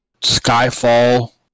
Skyfall